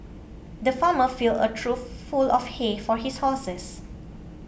the farmer filled a trough full of hay for his horses